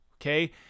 Okay